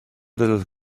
little